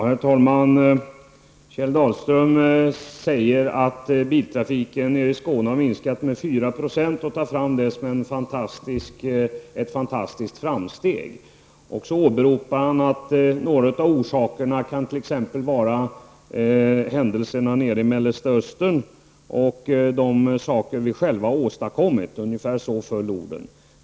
Herr talman! Kjell Dahlström säger att biltrafiken nere i Skåne har minskat med 4 % och tar fram det som ett fantastiskt framsteg. Dessutom åberopar han att några av orsakerna t.ex. kan vara händelserna i Mellersta Östern och de saker vi själva har åstadkommit. Ungefär så föll orden.